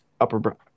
Upper